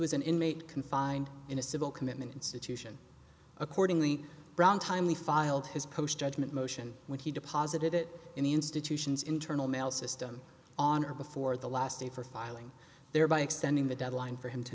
was an inmate confined in a civil commitment institution accordingly brown timely filed his post judgment motion when he deposited it in the institution's internal mail system on or before the last day for filing thereby extending the deadline for him to